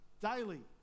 daily